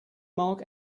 mark